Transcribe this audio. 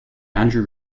andrew